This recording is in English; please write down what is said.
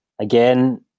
again